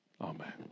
amen